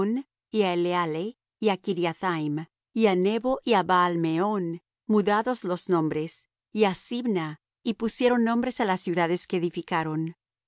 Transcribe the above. eleale y á kiriathaim y á nebo y á baal meón mudados los nombres y á sibma y pusieron nombres á las ciudades que edificaron